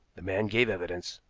the man gave evidence,